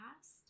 past